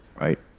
right